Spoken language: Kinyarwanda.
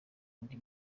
indi